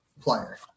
player